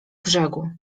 brzegu